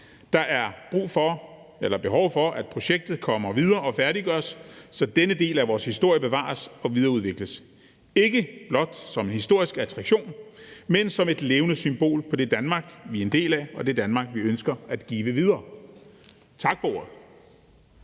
Der er behov for, at projektet kommer videre og færdiggøres, så denne del af vores historie bevares og videreudvikles, ikke blot som historisk attraktion, men som et levende symbol på det Danmark, vi er en del af, og det Danmark, vi ønsker at give videre. Tak for ordet.